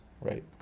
right